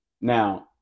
now